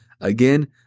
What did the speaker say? Again